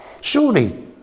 Surely